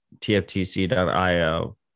tftc.io